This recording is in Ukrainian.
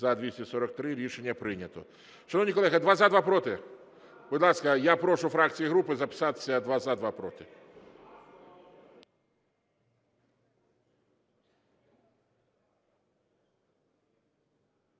За-243 Рішення прийнято. Шановні колеги, два – за, два – проти. Будь ласка, я прошу фракції і групи записатися: два – за, два – проти.